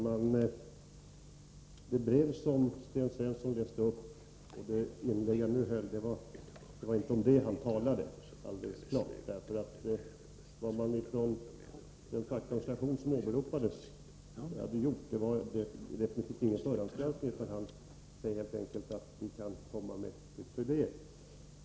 Herr talman! Sten Svensson talade om någonting annat än det brev som han läste upp i det inlägg som han nu höll — det är alldeles klart. Vad den fackliga organisation som åberopades hade gjort var definitivt ingen förhandsgranskning, utan man kom med tips och idéer.